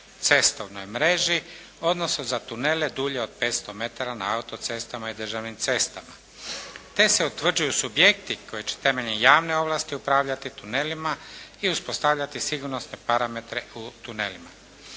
cestovnoj mreži, odnosno za tunele dulje od 500 metara na autocestama i državnim cestama, te se utvrđuju subjekti koji će temeljem javne ovlasti upravljati tunelima i uspostavljati sigurnosne parametre u tunelima.